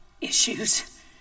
issues